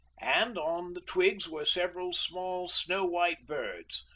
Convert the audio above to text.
and on the twigs were several small snow-white birds,